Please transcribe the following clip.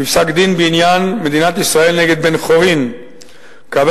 בפסק-דין בעניין מדינת ישראל נגד בן-חורין קבע